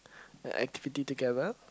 an activity together